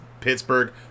Pittsburgh